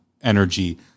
energy